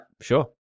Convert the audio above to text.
sure